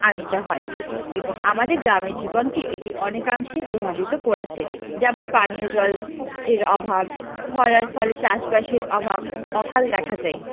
আনতে হয় এবং আমাদের গ্রামের জীবনকে এটি অনেকাংশে প্রভাবিত করেছে যেমন পানীয় জলের অভাব খরার ফলে চাষবাসের অভাবে আকাল দেখা যায়